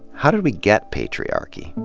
how did we get patriarchy,